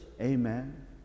Amen